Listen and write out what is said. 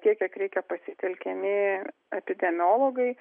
tiek kiek reikia pasitelkiami epidemiologai